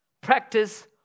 practice